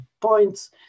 points